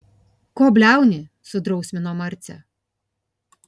ko bliauni sudrausmino marcę